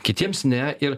kitiems ne ir